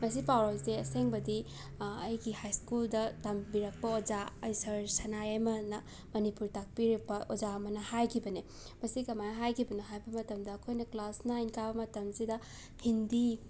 ꯃꯁꯤ ꯄꯥꯎꯔꯧꯁꯦ ꯑꯁꯦꯡꯕꯗꯤ ꯑꯩꯒꯤ ꯍꯥꯏ ꯁ꯭ꯀꯨꯜꯗ ꯇꯝꯕꯤꯔꯛꯄ ꯑꯣꯖꯥ ꯑꯩ ꯁꯔ ꯁꯥꯅꯌꯥꯏꯃꯅ ꯃꯅꯤꯄꯨꯔꯤ ꯇꯥꯛꯄꯤꯔꯛꯄ ꯑꯣꯖꯥ ꯑꯃꯅ ꯍꯥꯏꯈꯤꯕꯅꯦ ꯃꯁꯤ ꯀꯃꯥꯏꯅ ꯍꯥꯏꯒꯤꯕꯅꯣ ꯍꯥꯏꯕ ꯃꯇꯝꯗ ꯑꯩꯈꯣꯏꯅ ꯀ꯭ꯂꯥꯁ ꯅꯥꯏꯟ ꯀꯥꯕ ꯃꯇꯝꯁꯤꯗ ꯍꯤꯟꯗꯤ